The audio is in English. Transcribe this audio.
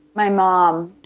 my mom.